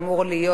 אמור להיות,